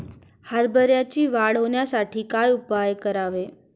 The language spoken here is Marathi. हरभऱ्याची वाढ होण्यासाठी काय उपाय करावे?